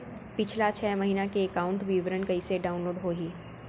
पिछला छः महीना के एकाउंट विवरण कइसे डाऊनलोड होही?